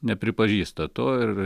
nepripažįsta to ir